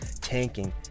tanking